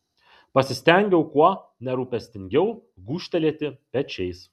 pasistengiau kuo nerūpestingiau gūžtelėti pečiais